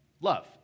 love